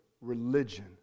religion